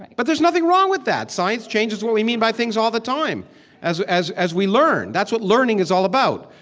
but there's nothing wrong with that science changes what we mean by things all the time as as we learn. that's what learning is all about.